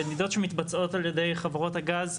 מדידות שמתבצעות על ידי חברות הגז,